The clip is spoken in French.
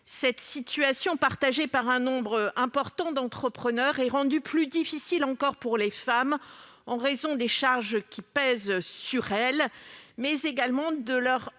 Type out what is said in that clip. Cette situation partagée par un nombre important d'entrepreneurs est rendue plus difficile encore pour les femmes en raison des charges qui pèsent sur elles, mais également des difficultés